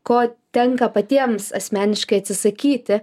ko tenka patiems asmeniškai atsisakyti